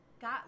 got